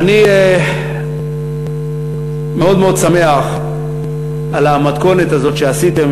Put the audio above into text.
אני מאוד מאוד שמח על המתכונת הזאת שעשיתם,